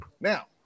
Now